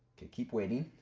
keep waiting.